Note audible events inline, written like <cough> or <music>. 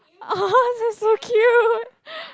<laughs> that's so cute <laughs>